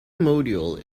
module